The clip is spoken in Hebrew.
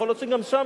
יכול להיות שגם שם,